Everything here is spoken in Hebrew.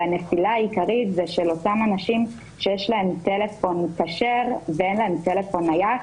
הנפילה העיקרית זה של אותם אנשים שיש להם טלפון כשר ואין להם טלפון נייח